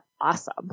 awesome